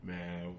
Man